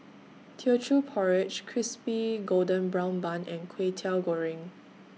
Teochew Porridge Crispy Golden Brown Bun and Kway Teow Goreng